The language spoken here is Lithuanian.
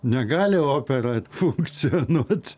negali opera funkcionuot